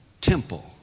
temple